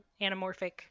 anamorphic